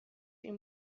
این